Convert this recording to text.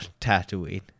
Tatooine